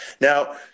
Now